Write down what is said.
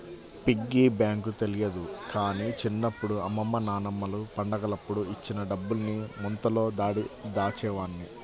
piggy bank తెలియదు గానీ చిన్నప్పుడు అమ్మమ్మ నాన్నమ్మలు పండగలప్పుడు ఇచ్చిన డబ్బుల్ని ముంతలో దాచేవాడ్ని